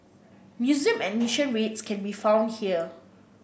museum admission rates can be found here